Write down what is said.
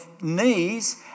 knees